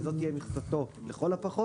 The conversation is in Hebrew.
זו תהיה מכסתו לכל הפחות